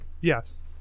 Yes